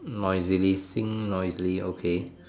noisily sing noisily okay